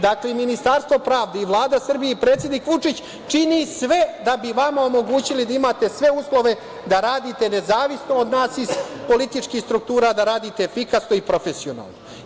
Dakle, Ministarstvo pravde i Vlada Srbije i predsednik Vučić čine sve da bi vama omogućili da imate sve uslove da radite nezavisno od nas iz političkih struktura, da radite efikasno i profesionalno.